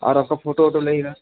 और आपका फ़ोटो वोटो लगेगा